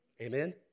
Amen